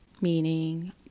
meaning